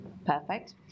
Perfect